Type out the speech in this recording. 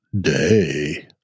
Day